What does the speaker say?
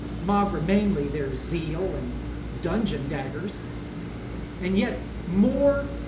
maugre mainly their zeal, and dudgeon-daggers and yet more,